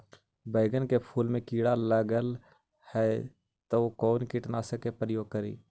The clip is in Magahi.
बैगन के फुल मे कीड़ा लगल है तो कौन कीटनाशक के प्रयोग करि?